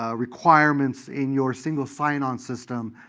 ah requirements in your single-sign-on system,